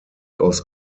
aus